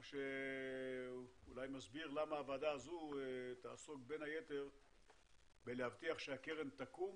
מה שאולי מסביר למה הוועדה הזאת תעסוק בין היתר בלהבטיח שהקרן תקום